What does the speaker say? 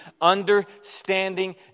understanding